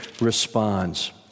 responds